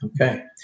Okay